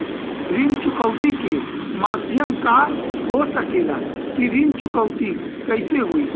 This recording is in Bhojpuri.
ऋण चुकौती के माध्यम का हो सकेला कि ऋण चुकौती कईसे होई?